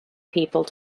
people